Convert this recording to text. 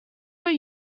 were